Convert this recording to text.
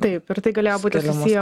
taip ir tai galėjo būti susiję